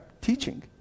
teaching